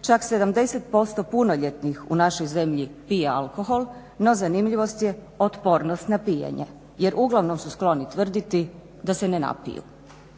Čak 70% punoljetnih u našoj zemlji pije alkohol, no zanimljivost je otpornost na pijenje jer uglavnom su skloni tvrditi da se ne napiju.